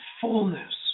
fullness